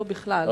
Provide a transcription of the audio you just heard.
לא בכלל.